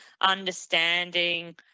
understanding